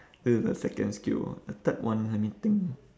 this is the second skill ah the third one let me think